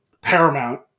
Paramount